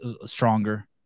stronger